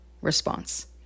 response